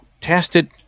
tested